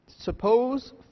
Suppose